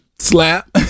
Slap